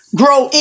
grow